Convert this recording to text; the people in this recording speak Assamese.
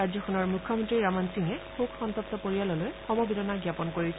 ৰাজ্যখনৰ মুখ্যমন্ত্ৰী ৰামন সিঙে শোকসন্তগ্ত পৰিয়াললৈ সমবেদনা জ্ঞাপন কৰিছে